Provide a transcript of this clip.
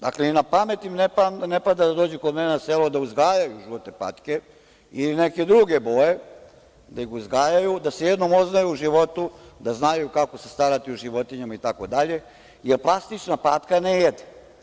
Dakle, ni na pamet im ne pada da dođu kod mene na selo da uzgajaju žute patke ili neke druge patke, da se jednom oznoje u životu, da znaju kako se starati o životinjama itd, jer plastična patka ne jede.